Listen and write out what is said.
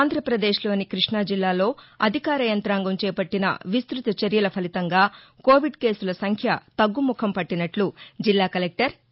ఆంధ్రాపదేశ్లోని కృష్ణాజిల్లాలో అధికార యంతాంగం చేపట్టిన విస్తృత చర్యల ఫలితంగా కోవిడ్ కేసుల సంఖ్య తగ్గుముఖం పట్టినట్ల జిల్లా కలెక్టర్ ఎ